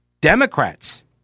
Democrats